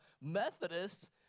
Methodists